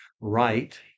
right